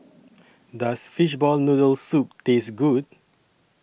Does Fishball Noodle Soup Taste Good